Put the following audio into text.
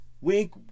wink